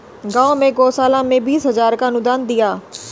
गांव की गौशाला में बीस हजार का अनुदान दिया